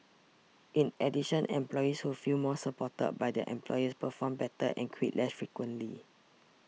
in addition employees who feel more supported by their employers perform better and quit less frequently